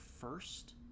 first